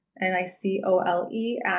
N-I-C-O-L-E